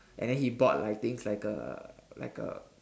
and then he bought like things like a like a